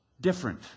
different